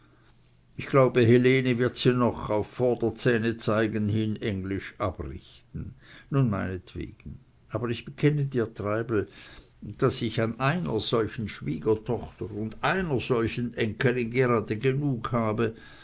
ich glaube helene wird sie noch auf vorderzähne zeigen hin englisch abrichten nun meinetwegen aber ich bekenne dir treibel daß ich an einer solchen schwiegertochter und einer solchen enkelin gerade genug habe